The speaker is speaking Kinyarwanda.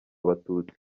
abatutsi